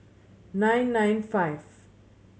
nine nine five